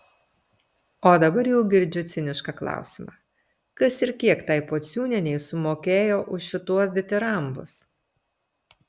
o dabar jau girdžiu cinišką klausimą kas ir kiek tai pociūnienei sumokėjo už šituos ditirambus